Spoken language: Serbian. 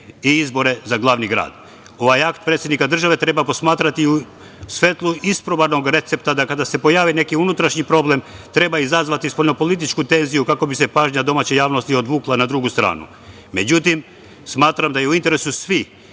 i izbore za glavni grad. Ovaj akt predsednika države treba posmatrati u svetlu isprobanog recepta, kada se pojavi neki unutrašnji problem treba izazvati spoljno političku tenziju kako bi se pažnja domaće javnosti odvukla na drugu stranu.Međutim, smatram da je u interesu svih